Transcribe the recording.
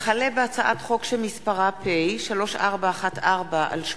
הצעת חוק לתיקון פקודת בתי-הסוהר (מרחב מחיה